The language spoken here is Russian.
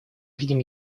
видим